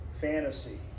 fantasy